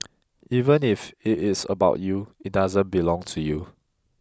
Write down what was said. even if it is about you it doesn't belong to you